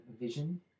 vision